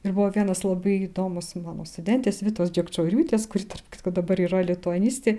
ir buvo vienas labai įdomus mano studentės vitos džekčioriūtės kuri tarp kitko dabar yra lituanistė